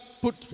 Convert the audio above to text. put